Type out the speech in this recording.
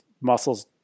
muscles